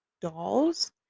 dolls